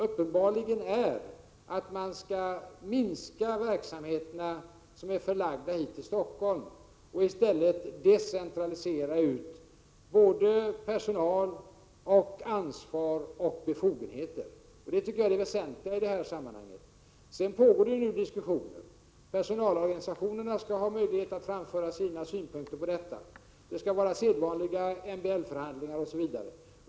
Uppenbarligen är ambitionen att man skall minska verksamheterna i Stockholm och i stället åstadkomma en decentralisering när det gäller personal, ansvar och befogenheter. Det tycker jag alltså är det väsentliga i detta sammanhang. Sedan pågår det ju nu diskussioner. Personalorganisationerna skall ha möjlighet att framföra sina synpunkter. Det skall vara sedvanliga MBL förhandlingar osv.